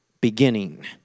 beginning